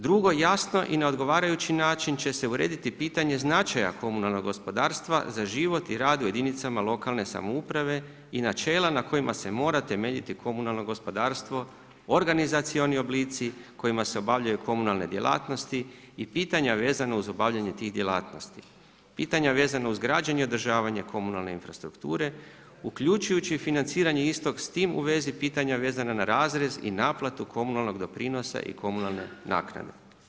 Drugo, jasno i na odgovarajući način će se urediti pitanje značaja komunalnog gospodarstva za život i rad u jedinicama lokalne samouprave i načela na kojima se mora temeljiti komunalno gospodarstvo, organizacioni oblici kojima se obavljaju komunalne djelatnosti i pitanja vezana uz obavljanje tih djelatnosti, pitanja vezana uz građenje i održavanje komunalne infrastrukture uključujući financiranje istog s tim u vezi pitanja vezana na razrez i naplatu komunalnog doprinosa i komunalne naknade.